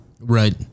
Right